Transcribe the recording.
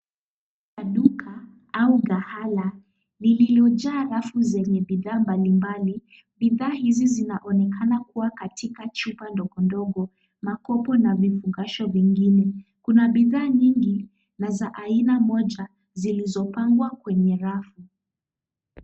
Maduka au ghahala lililojaa rafu zenye bidhaa mbalimbali. Bidhaa hizi zinaonekana kuwa katika chupa ndogo ndogo, makopo na kifungasho vingine. Kuna bidhaa nyingi na za aina moja zilizopangwa kwenye rafu.